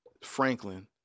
Franklin